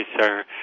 sir